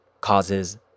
causes